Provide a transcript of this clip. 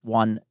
one